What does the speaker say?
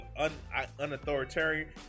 unauthoritarian